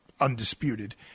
undisputed